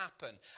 happen